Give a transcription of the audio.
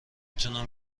تونم